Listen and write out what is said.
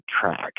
track